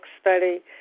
study